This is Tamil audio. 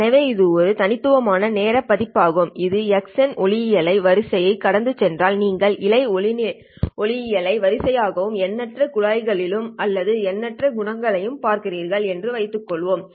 எனவே இது ஒரு தனித்துவமான நேர பதிப்பாகும் இந்த x ஒளியலை வரிசையை கடந்து சென்றால் நீங்கள் இழை ஒளியலை வரிசையையும் எண்ணற்ற குழாய்களையும் அல்லது எண்ணற்ற குணகங்களையும் பார்க்கிறீர்கள் என்று வைத்துக் கொள்வோம்